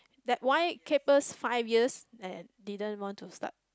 that why keep us five years and didn't want to start